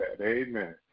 Amen